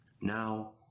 Now